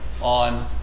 on